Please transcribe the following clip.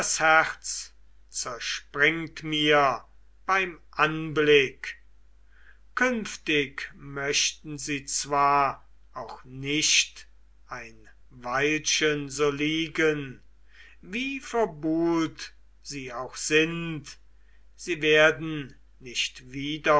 herz zerspringt mir beim anblick künftig möchten sie zwar auch nicht ein weilchen so liegen wie verbuhlt sie auch sind sie werden nicht wieder